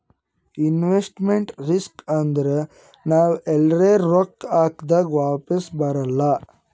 investment risk ಅಂದುರ್ ನಾವ್ ಎಲ್ರೆ ರೊಕ್ಕಾ ಹಾಕ್ದಾಗ್ ವಾಪಿಸ್ ಬರಲ್ಲ